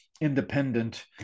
independent